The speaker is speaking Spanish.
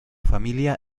familia